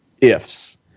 ifs